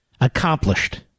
Accomplished